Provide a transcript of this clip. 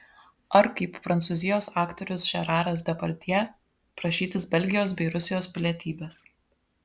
ar kaip prancūzijos aktorius žeraras depardjė prašytis belgijos bei rusijos pilietybės